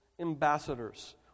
ambassadors